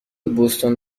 بوستون